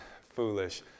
foolish